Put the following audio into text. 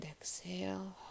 exhale